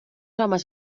homes